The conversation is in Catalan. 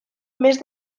més